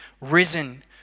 risen